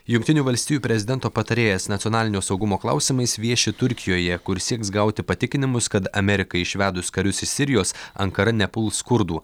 jungtinių valstijų prezidento patarėjas nacionalinio saugumo klausimais vieši turkijoje kur sieks gauti patikinimus kad amerikai išvedus karius iš sirijos ankara nepuls kurdų